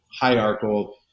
hierarchical